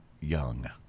young